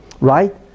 right